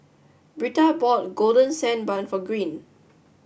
Britta bought Golden Dand Bun for Green